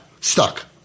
stuck